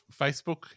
Facebook